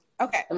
okay